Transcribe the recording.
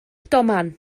domen